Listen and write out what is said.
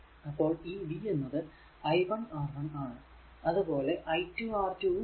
അപ്പോൾ ഈ v എന്നത് i 1 R 1 ആണ് അതുപോലെ i 2 R2 ഉം ആണ്